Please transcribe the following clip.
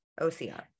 ocr